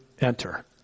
enter